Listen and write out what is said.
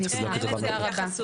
אני אשמח תודה רבה,